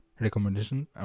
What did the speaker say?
recommendation